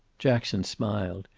jackson smiled,